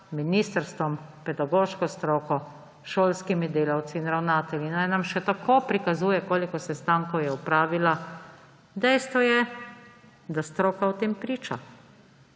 ministrstvom, pedagoško stroko, šolskimi delavci in ravnatelji in naj nam še tako prikazuje, koliko sestankov je opravila, dejstvo je, da stroka o tem priča,